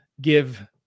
give